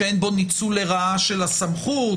ככל שזה חורג מהתקופות,